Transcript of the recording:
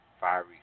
fiery